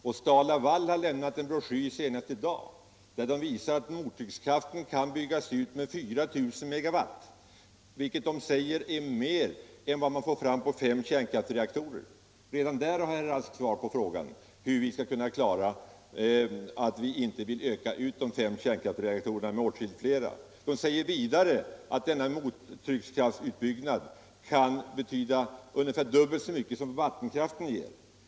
Och STAL-LAVAL har just i dag kommit med en broschyr där man visar att mottryckskraften kan byggas ut med 4 000 MWh timmar, vilket man konstaterar ger mer energi än fem kärnkraftsreaktorer. Redan där har herr Rask svar på frågan hur vi skall kunna klara ökningen utan att bygga åtskilligt fler kärnreaktorer än dessa fem. Borschyren visar vidare att mottryckskraftsutbyggnaden kan betyda ungefär dubbelt så mycket energi som vattenkraften ger.